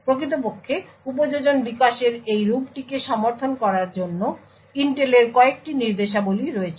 প্রকৃতপক্ষে উপযোজন বিকাশের এই রূপটিকে সমর্থন করার জন্য ইন্টেলের কয়েকটি নির্দেশাবলী রয়েছে